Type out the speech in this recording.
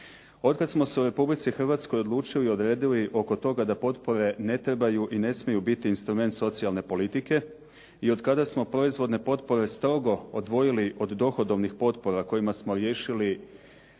Otkada smo se u Republici Hrvatskoj odlučili, odredili oko toga da potpore ne trebaju i ne smiju biti instrument socijalne politike i otkada smo proizvodne potpore strogo odvojili od dohodovnih potpora kojima smo riješili